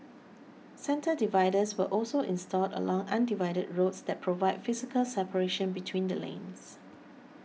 centre dividers were also installed along undivided roads that provide physical separation between the lanes